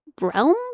realm